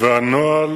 חברי